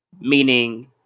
meaning